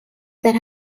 that